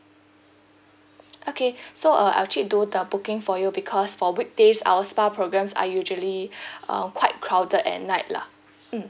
okay so uh I'll actually do the booking for you because for weekdays our spa programmes are usually um quite crowded at night lah mm